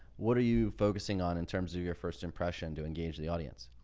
what are you focusing on in terms of your first impression to engage the audience?